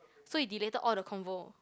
so he deleted all the convo